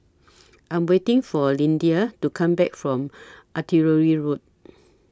I Am waiting For Lyndia to Come Back from Artillery Road